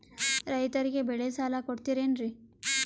ರೈತರಿಗೆ ಬೆಳೆ ಸಾಲ ಕೊಡ್ತಿರೇನ್ರಿ?